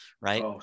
right